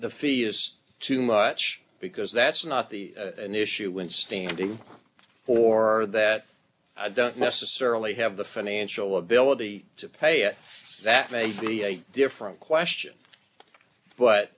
the fee is too much because that's not the an issue in standing for that doesn't necessarily have the financial ability to pay it so that may be a different question but